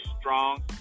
strong